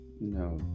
No